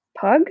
Pug